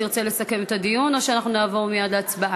תרצה לסכם את הדיון או שנעבור מייד להצבעה?